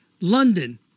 London